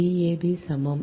Dab சமம்